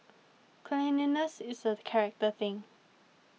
cleanlinesses is a character thing